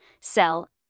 sell